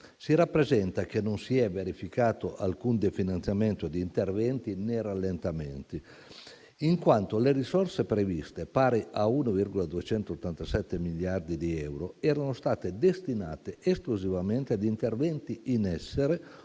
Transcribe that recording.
si rappresenta che non si è verificato alcun definanziamento di interventi né rallentamenti, in quanto le risorse previste, pari a 1,287 miliardi di euro, erano state destinate esclusivamente ad interventi in essere,